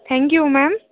thank you ma'am